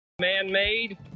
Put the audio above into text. man-made